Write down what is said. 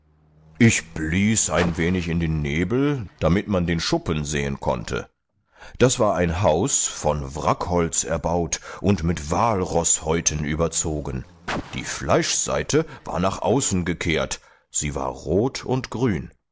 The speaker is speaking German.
ich blies ein wenig in den nebel damit man den schuppen sehen konnte das war ein haus von wrackholz erbaut und mit walroßhäuten überzogen die fleischseite war nach außen gekehrt sie war rot und grün